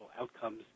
outcomes